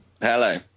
Hello